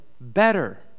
better